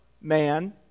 Man